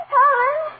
Helen